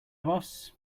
boss